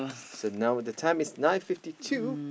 so now the time is nine fifty two